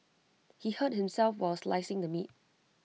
he hurt himself while slicing the meat